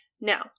Now